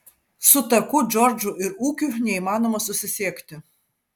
su taku džordžu ir ūkiu neįmanoma susisiekti